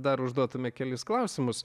dar užduotume kelis klausimus